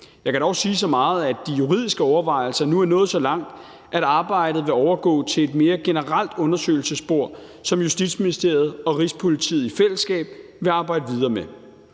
Jeg kan dog sige så meget, at de juridiske overvejelser nu er nået så langt, at arbejdet vil overgå til et mere generelt undersøgelsesspor, som Justitsministeriet og Rigspolitiet i fællesskab vil arbejde videre med.